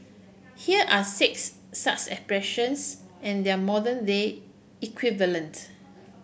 here are six such expressions and their modern day equivalent